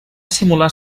simular